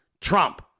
Trump